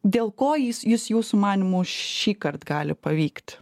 dėl ko jis jus jūsų manymu šįkart gali pavykt